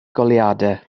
goleuadau